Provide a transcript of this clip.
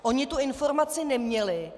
Oni tu informaci neměli.